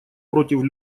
против